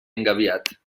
engabiat